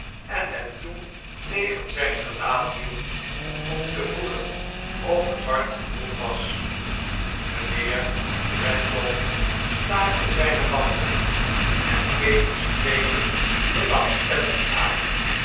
en het toen tegen zijn gelaat hield om te voelen of het warm genoeg wasi mijnheer redlaw staakte zdjne wandeling en keek den spreker belrngstellend aan